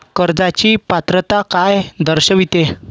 कर्जाची पात्रता काय दर्शविते?